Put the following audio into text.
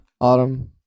Autumn